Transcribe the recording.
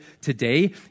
today